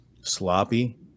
sloppy